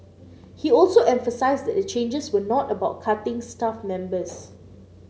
he also emphasised that the changes were not about cutting staff members